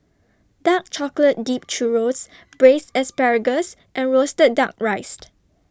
Dark Chocolate Dipped Churro Braised Asparagus and Roasted Duck Rice